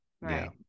right